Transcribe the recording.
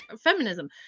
feminism